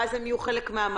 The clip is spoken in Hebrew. ואז הם יהיו חלק מהמאגר.